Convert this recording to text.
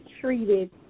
treated